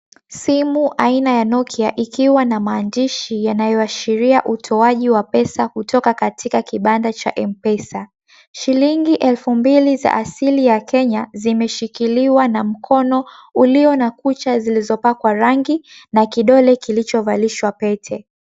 Simu aina ya Nokia ikiwa na maandishi yanaoashiria utoaji wa pesa kutoka katika kibanda cha mpesa. Shilingi elfu mbili za asili ya Kenya zimeshikiliwa na mkono ulio na kucha zilizopakwa rangi na kidole kilichovalishwa 𝑝ete.